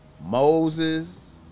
Moses